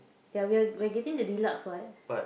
yeah we are we are getting the deluxe what